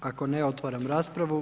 Ako ne otvaram raspravu.